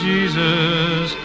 Jesus